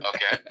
Okay